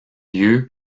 lieu